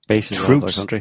troops